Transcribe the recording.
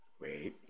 Wait